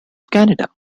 canada